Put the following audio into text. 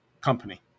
company